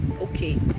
okay